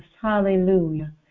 hallelujah